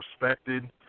respected